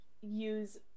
use